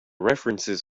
references